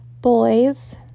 boys